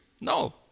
No